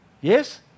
yes